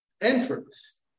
entrance